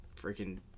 freaking